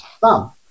thumb